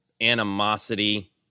animosity